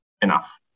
enough